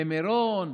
במירון,